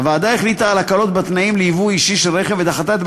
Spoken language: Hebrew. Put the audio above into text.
הוועדה החליטה על הקלות בתנאים לייבוא אישי של רכב,